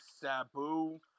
Sabu